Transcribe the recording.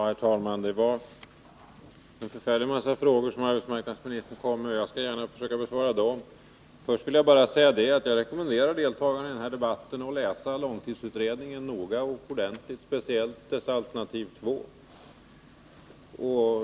Herr talman! Det var en förfärlig massa frågor som arbetsmarknadsministern kom med, men jag skall gärna försöka besvara dem. Först vill jag dock rekommendera deltagarna i debatten att läsa långtidsutredningen noga och ordentligt, speciellt dess alternativ 2.